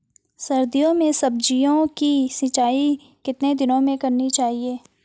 सर्दियों में सब्जियों की सिंचाई कितने दिनों में करनी चाहिए?